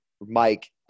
Mike